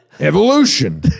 evolution